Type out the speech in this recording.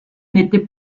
n’étaient